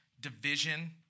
division